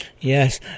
Yes